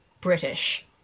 British